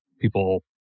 People